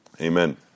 Amen